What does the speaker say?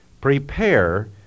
prepare